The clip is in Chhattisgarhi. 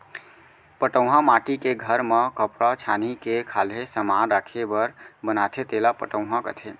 पटउहॉं माटी के घर म खपरा छानही के खाल्हे समान राखे बर बनाथे तेला पटउहॉं कथें